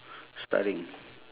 studying